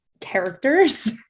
characters